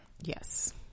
yes